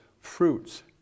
fruits